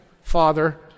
Father